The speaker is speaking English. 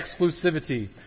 exclusivity